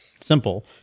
simple